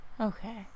Okay